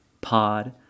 pod